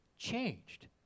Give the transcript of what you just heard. changed